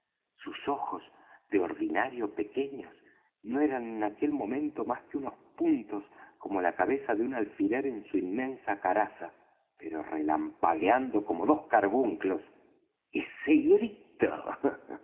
sus ojos de ordinario pequeños no eran en aquel momento más que unos puntos como la cabeza de un alfiler en su inmensa caraza pero relampagueando como dos carbunclos ese grito